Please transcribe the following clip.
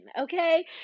okay